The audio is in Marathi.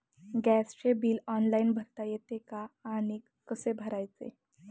गॅसचे बिल ऑनलाइन भरता येते का आणि कसे भरायचे?